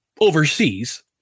overseas